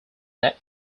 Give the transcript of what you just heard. that